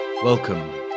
Welcome